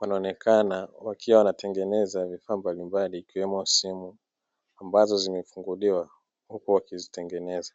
wanaonekana wakiwa wanatengeneza vifaa mbalimbali ikiwemo simu ambazo zimefunguliwa huku wakizitengeneza.